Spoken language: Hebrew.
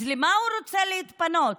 אז למה הוא רוצה להתפנות,